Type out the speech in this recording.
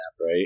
right